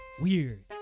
weird